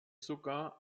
sogar